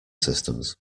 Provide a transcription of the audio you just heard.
systems